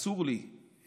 אסור לי להתחייב,